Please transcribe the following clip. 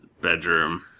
bedroom